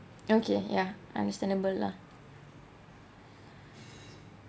okay yeah understandable lah